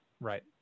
Right